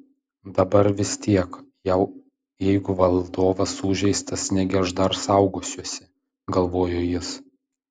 dabar vis tiek jau jeigu valdovas sužeistas negi aš dar saugosiuosi galvojo jis